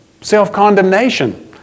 self-condemnation